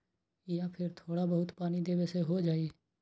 या फिर थोड़ा बहुत पानी देबे से हो जाइ?